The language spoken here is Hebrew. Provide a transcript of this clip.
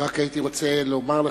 רק הייתי רוצה לומר לך,